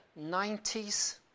90s